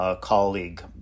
colleague